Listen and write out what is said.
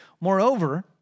moreover